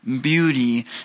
beauty